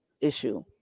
issue